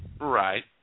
Right